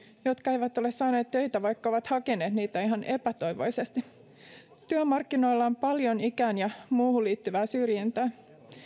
jotka eivät ole saaneet töitä vaikka ovat hakeneet niitä ihan epätoivoisesti työmarkkinoilla on paljon ikään ja muuhun liittyvää syrjintää